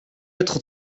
être